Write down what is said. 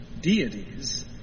deities